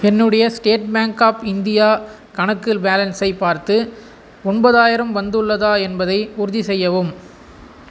என்னுடைய state bank of India கணக்கு பேலன்ஸை பார்த்து ஒன்பதாயிரம் வந்துள்ளதா என்பதை உறுதிசெய்யவும்